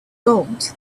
gold